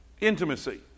Intimacy